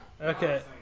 Okay